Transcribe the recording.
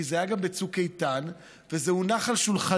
כי זה היה גם בצוק איתן וזה הונח על שולחנו,